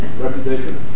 reputation